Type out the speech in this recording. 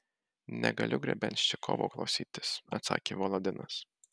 negaliu grebenščikovo klausytis atsakė volodinas